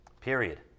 period